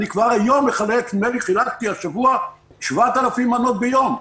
כבר היום אני מחלק חילקתי השבוע 7,000 מנות ביום.